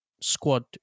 squad